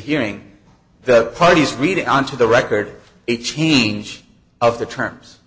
hearing the parties read onto the record a change of the terms